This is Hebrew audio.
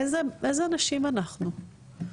איזה אנשים אנחנו?